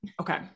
Okay